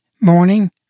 morning